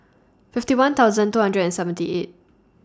fifty one thousand two hundred and seventy eight